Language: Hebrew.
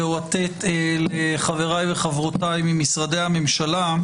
חברי וחבורתי ממשרדי הממשלה,